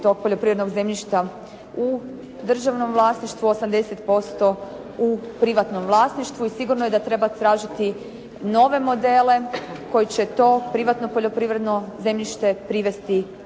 tog poljoprivrednog zemljišta u državnom vlasništvu, 80% u privatnom vlasništvu i sigurno je da treba tražiti nove modele koji će to privatno poljoprivredno zemljište privesti